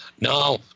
No